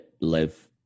live